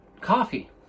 coffee